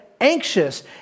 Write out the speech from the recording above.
Anxious